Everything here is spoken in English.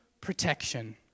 protection